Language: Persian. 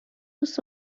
دوست